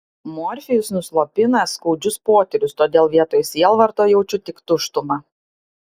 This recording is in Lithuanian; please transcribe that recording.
morfijus nuslopina skaudžius potyrius todėl vietoj sielvarto jaučiu tik tuštumą